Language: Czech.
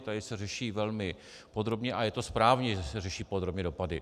Tady se řeší velmi podrobně, a je to správně, že se řeší podrobně dopady.